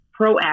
proactive